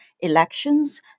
elections